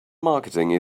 marketing